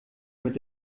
mit